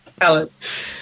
Alex